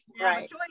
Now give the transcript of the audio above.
Right